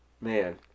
Man